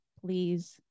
please